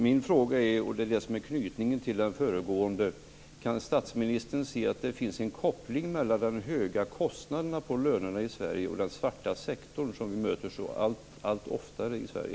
Min fråga är - och detta är anknytningen till föregående fråga: Kan statsministern se att det finns en koppling mellan de höga kostnaderna för lönerna i Sverige och den svarta sektor som vi möter allt oftare i Sverige?